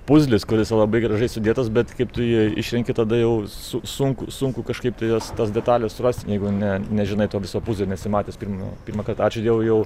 puzlis kuris yra labai gražiai sudėtas bet kaip tu jį išrenki tada jau su sunku sunku kažkaip tai jas tas detales surasti jeigu ne nežinai to viso puzlio nesi matęs pirmą pirmąkart ačiū dievui jau